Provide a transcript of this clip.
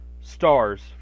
stars